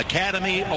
Academy